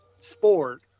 sport